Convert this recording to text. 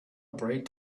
bright